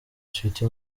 sweety